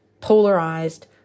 polarized